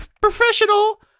professional